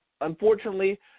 Unfortunately